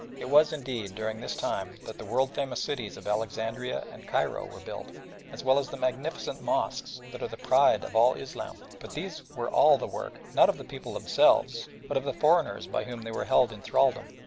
it was, indeed, during this time that the world-famous cities of alexandria and cairo were built as well as the magnificent mosques that are the pride of all islam, but these were all the work, not of the people themselves, but of the foreigners by whom they were held in thraldom,